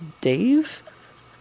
Dave